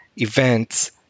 events